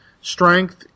strength